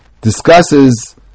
discusses